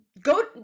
go